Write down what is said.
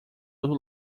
outro